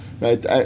right